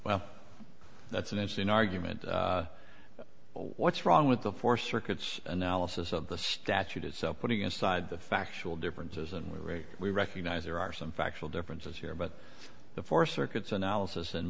well that's an interesting argument what's wrong with the four circuits analysis of the statute itself putting aside the factual differences and we recognize there are some factual differences here but the four circuits analysis and